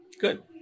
Good